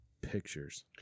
Pictures